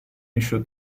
issue